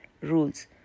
rules